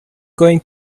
going